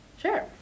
Sure